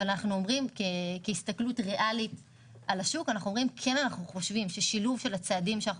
אבל כהסתכלות ריאלית על השוק אנחנו שאנחנו חושבים ששילוב של צעדים שאנחנו